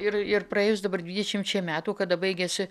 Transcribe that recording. ir ir praėjus dabar dvidešimčiai metų kada baigėsi